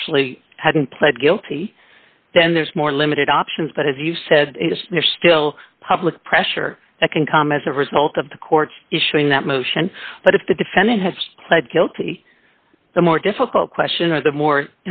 actually hadn't pled guilty then there's more limited options but as you said they're still public pressure that can come as a result of the courts issuing that motion but if the defendant has pled guilty the more difficult question of the more